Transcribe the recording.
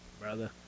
brother